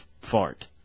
fart